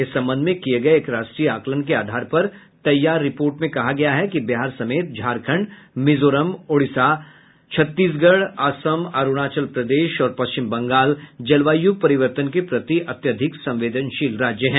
इस संबंध में किए गए एक राष्ट्रीय आकलन के आधार पर तैयार रिपोर्ट में कहा गया है कि बिहार समेत झारखंड मिजोरम ओडिसा छत्तीसगढ़ असम अरुणाचल प्रदेश और पश्चिम बंगाल जलवायु परिवर्तन के प्रति अत्यधिक संवदेनशील राज्य हैं